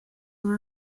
were